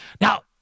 Now